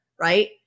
right